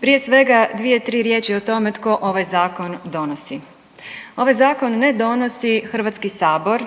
Prije svega, dvije tri riječi o tome tko ovaj zakon donosi. Ovaj zakon ne donosi Hrvatski sabor